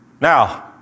Now